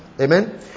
Amen